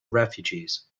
refugees